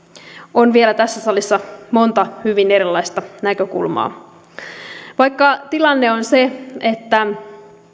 on tässä salissa vielä monta hyvin erilaista näkökulmaa vaikka tilanne on se että